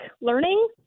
learning